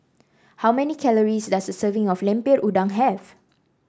how many calories does a serving of Lemper Udang have